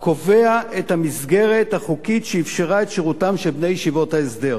הקובע את המסגרת החוקית שאפשרה את שירותם של בני ישיבות ההסדר.